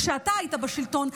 כשאתה היית בשלטון,